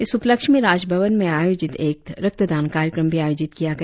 इस उपलक्ष्य में राजभवन में आयोजित एक रक्त दान कार्यक्रम भी आयोजित किया गया